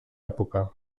època